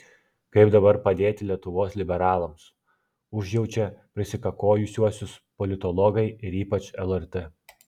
kaip dabar padėti lietuvos liberalams užjaučia prisikakojusiuosius politologai ir ypač lrt